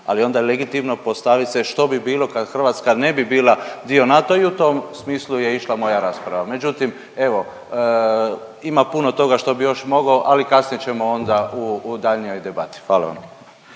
je onda legitimno postavit se što bi bilo kad Hrvatska ne bi bila dio NATO-a i u tom smislu je išla moja rasprava. Međutim, evo ima puno toga što bi još mogo, ali kasnije ćemo onda u daljnjoj debati. Hvala vam.